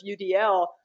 UDL